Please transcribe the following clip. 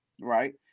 right